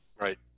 Right